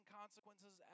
consequences